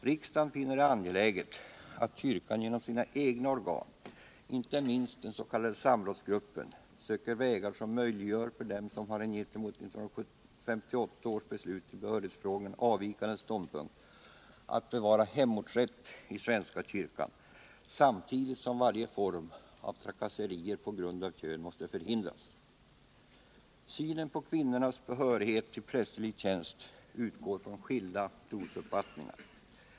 Riksdagen finner det angeläget att kyrkan genom sina egna organ — inte minst den s.k. samrådsgruppen —- söker vägar som möjliggör för dem som har en gentemot 1958 års beslut i behörighetsfrågar avvikande ståndpunkt att bevara hemortsrätt i svenska kyrkan, samtidigt som varje form av trakasserier på grund av kön måste förhindras. Synen på kvinnors behörighet till prästerlig tjänst utgår från skilda trosuppfattningar.